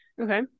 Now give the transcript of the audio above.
Okay